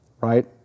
right